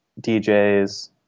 DJs